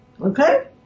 Okay